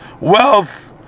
wealth